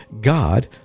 God